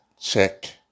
check